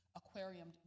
aquarium